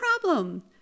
problem